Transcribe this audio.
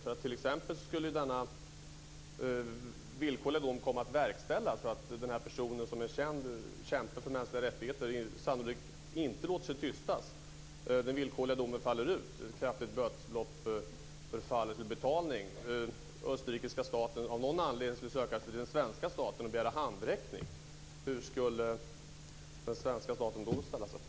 Om t.ex. denna villkorliga dom skulle komma att verkställas för att denna person som kämpar för mänskliga rättigheter sannolikt inte låter sig tystas och ett kraftigt bötesbelopp förfaller till betalning, om österrikiska staten av någon anledning då skulle söka sig till den svenska staten och begära handräckning, hur skulle den svenska staten då ställa sig?